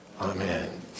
Amen